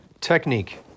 Technique